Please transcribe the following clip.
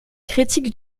critiques